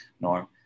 norm